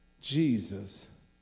Jesus